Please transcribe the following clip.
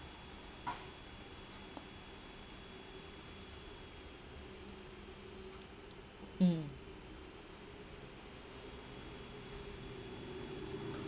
mm